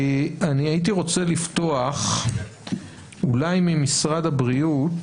אני הייתי רוצה לפתוח עם משרד הבריאות.